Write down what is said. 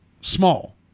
small